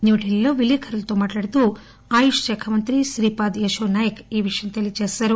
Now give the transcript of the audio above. న్యూఢిల్లీలో విలేఖర్లతో మాట్లాడుతూ ఆయుష్ శాఖ మంత్రి శ్రీపాద్ యశో నాయక్ ఈ విషయం తెలియజేశారు